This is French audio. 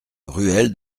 ruelle